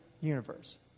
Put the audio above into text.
universe